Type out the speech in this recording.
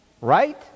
Right